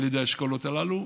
האשכולות הללו,